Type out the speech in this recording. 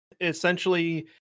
essentially